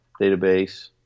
database